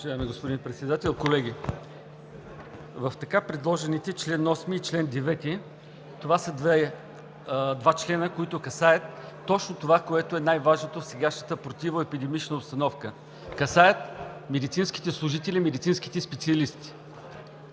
в така предложените чл. 8 и чл. 9, това са два члена, които касаят точно това, което е най-важното в сегашната противоепидемична обстановка. Касаят медицинските служители, медицинските специалисти.